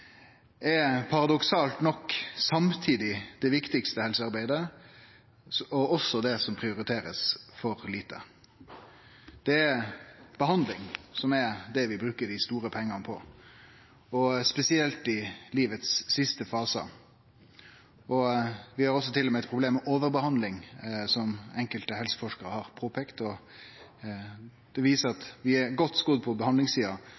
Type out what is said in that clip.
er paradoksalt nok samtidig det viktigaste helsearbeidet og det som blir prioritert for lite. Det er behandling vi bruker dei store pengane på, spesielt i dei siste fasane av livet. Vi har, som enkelte helseforskarar har påpeikt, til og med eit problem med overbehandling. Det viser at vi er godt skodde på behandlingssida,